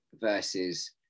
versus